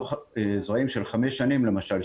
במחזור זרעים של חמש שנים למשל,